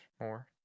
more